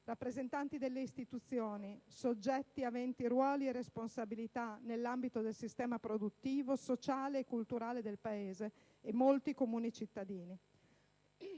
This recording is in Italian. rappresentanti delle istituzioni, soggetti aventi ruoli e responsabilità nell'ambito del sistema produttivo, sociale e culturale del Paese e molti comuni cittadini».